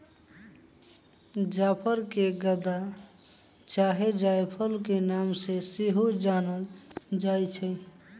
जाफर के गदा चाहे जायफल के नाम से सेहो जानल जाइ छइ